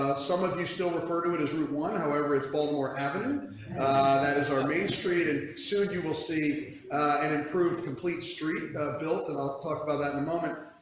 some of you still refer to it as we want to. however, it's all the more evident that is our main street and soon you will see an improved complete street built and i'll talk about that in a moment,